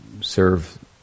serve